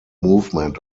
movement